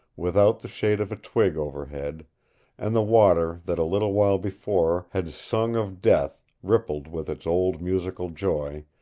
without the shade of a twig overhead and the water that a little while before had sung of death rippled with its old musical joy,